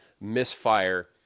misfire –